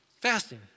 Fasting